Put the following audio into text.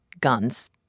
guns